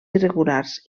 irregulars